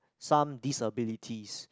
some disabilities